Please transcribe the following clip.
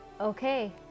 okay